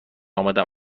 آمدم